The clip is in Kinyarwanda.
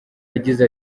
yagize